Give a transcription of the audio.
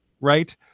Right